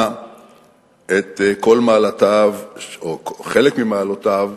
מנה חלק ממעלותיו